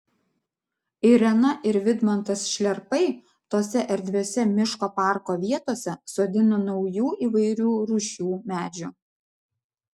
irena ir vidmantas šliarpai tose erdviose miško parko vietose sodina naujų įvairių rūšių medžių